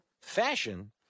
fashion